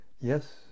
Yes